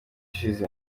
ishize